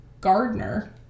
Gardner